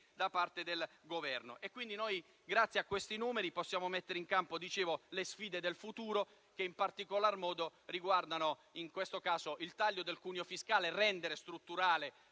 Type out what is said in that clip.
Grazie a tali numeri possiamo mettere in campo le sfide del futuro, che in particolar modo riguardano il taglio del cuneo fiscale, rendendolo strutturale